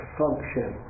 function